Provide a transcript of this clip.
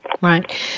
Right